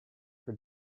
for